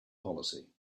policy